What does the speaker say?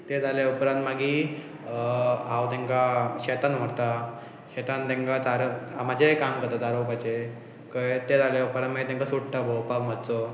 ते जाले उपरांत मागीर हांव तेंकां शेतान व्हरता शेतान तेंकां तार म्हाजेंय काम करता तारोवपाचें कळ्ळें तें जाल्या उपरांत मागीर तेंकां सोडटा भोंवपाक मातसो